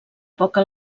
poca